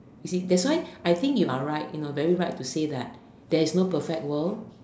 you see that's why I think you are right you know very right to say that is no perfect world